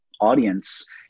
Audience